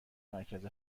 مرکز